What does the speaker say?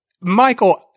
Michael